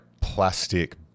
plastic